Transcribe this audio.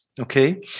Okay